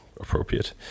appropriate